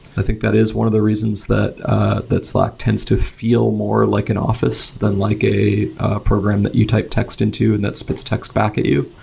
i think that is one of the reasons that that slack tends to feel more like an office than like a program that you type text into and that spits text back at you.